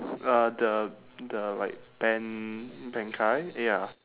uh the the like ben~ benkai ya